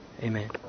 Amen